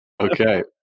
Okay